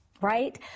right